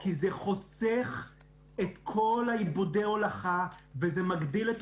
כי זה חוסך את כל איבודי ההולכה וזה מגדיל את